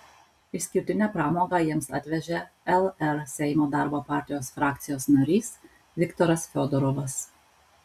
išskirtinę pramogą jiems atvežė lr seimo darbo partijos frakcijos narys viktoras fiodorovas